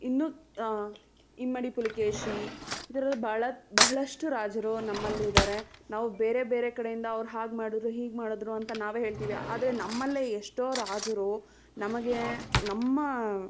ಇನ್ನು ಇಮ್ಮಡಿ ಪುಲಕೇಶಿ ಈ ಥರದ್ದು ಭಾಳ ಬಹಳಷ್ಟು ರಾಜರು ನಮ್ಮಲ್ಲಿದ್ದಾರೆ ನಾವು ಬೇರೆ ಬೇರೆ ಕಡೆಯಿಂದ ಅವ್ರು ಹಾಗೆ ಮಾಡಿದ್ರು ಹೀಗೆ ಮಾಡಿದ್ರು ಅಂತ ನಾವೇ ಹೇಳ್ತೀವಿ ಆದರೆ ನಮ್ಮಲ್ಲೇ ಎಷ್ಟೊ ರಾಜರು ನಮಗೆ ನಮ್ಮ